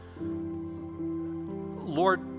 Lord